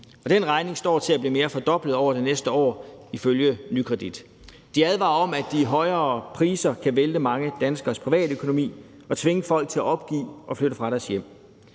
Nykredit til at blive mere end fordoblet over det næste år. De advarer om, at de højere priser kan vælte mange danskeres privatøkonomi og tvinge folk til at opgive og flytte fra deres hjem.